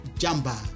jamba